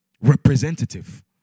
representative